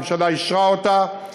הממשלה אישרה אותה,